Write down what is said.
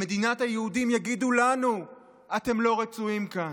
במדינת היהודים יגידו לנו: אתם לא רצויים כאן.